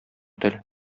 тел